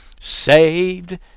saved